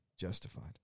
justified